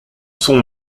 son